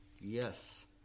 yes